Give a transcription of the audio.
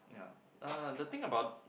ya uh the thing about